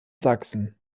sachsen